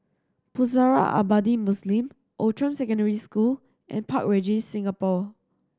Pusara Abadi Muslim Outram Secondary School and Park Regis Singapore